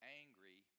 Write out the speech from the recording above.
angry